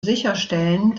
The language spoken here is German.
sicherstellen